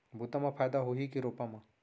बुता म फायदा होही की रोपा म?